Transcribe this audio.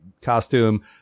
costume